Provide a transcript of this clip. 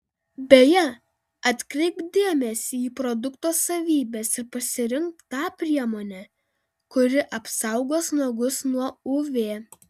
beje atkreipk dėmesį į produkto savybes ir pasirink tą priemonę kuri apsaugos nagus nuo uv